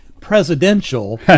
presidential